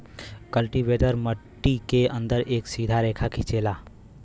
cultivator मट्टी के अंदर एक सीधा रेखा खिंचेला